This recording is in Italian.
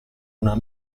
una